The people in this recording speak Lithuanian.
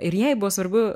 ir jai buvo svarbu